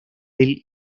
del